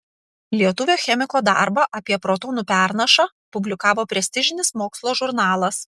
lietuvio chemiko darbą apie protonų pernašą publikavo prestižinis mokslo žurnalas